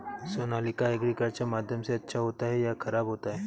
Sonalika agriculture माध्यम से अच्छा होता है या ख़राब होता है?